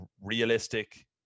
realistic